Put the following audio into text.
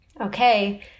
okay